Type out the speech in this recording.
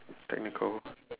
technical